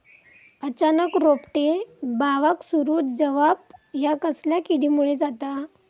अचानक रोपटे बावाक सुरू जवाप हया कसल्या किडीमुळे जाता?